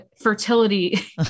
fertility